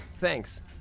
Thanks